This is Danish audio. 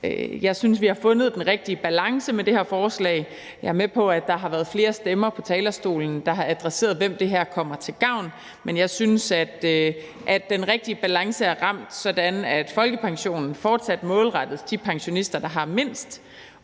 Jeg synes, vi har fundet den rigtige balance med det her forslag. Jeg er med på, at der været flere stemmer på talerstolen, der har adresseret, hvem det her kommer til gavn, men jeg synes, at den rigtige balance er ramt, sådan at folkepensionen fortsat målrettes de pensionister, der har mindst,